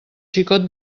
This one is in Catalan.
xicot